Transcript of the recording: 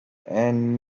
and